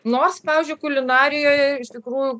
nors pavyzdžiui kulinarijoje iš tikrųjų